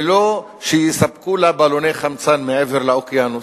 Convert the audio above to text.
ולא שיספקו לה בלוני חמצן מעבר לאוקיינוס.